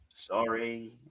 Sorry